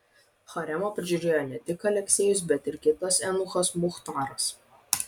haremą prižiūrėjo ne tik aleksejus bet ir kitas eunuchas muchtaras